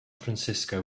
francisco